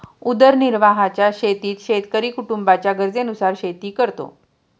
उदरनिर्वाहाच्या शेतीत शेतकरी कुटुंबाच्या गरजेनुसार शेती करतो